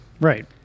right